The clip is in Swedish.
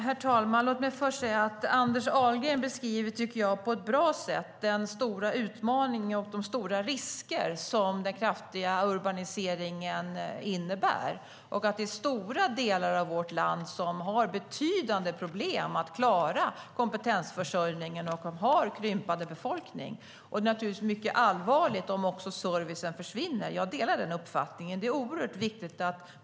Herr talman! Låt mig först säga: Anders Ahlgren tycker jag på ett bra sätt beskriver den stora utmaning och de stora risker som den kraftiga urbaniseringen innebär. Det är stora delar av vårt land som har betydande problem med att klara kompetensförsörjningen och har en krympande befolkning. Det är naturligtvis mycket allvarligt om servicen försvinner. Jag delar den uppfattningen.